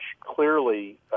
clearly